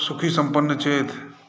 सुखी सम्पन्न छथि